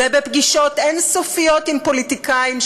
ובפגישות אין-סופיות עם פוליטיקאים,